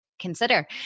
consider